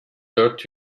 dört